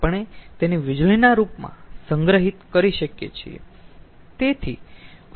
આપણે તેને વીજળીના રૂપમાં સંગ્રહિત કરી શકીયે છીએ